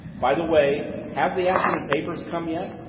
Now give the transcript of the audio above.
by the way have the afternoon papers come yet?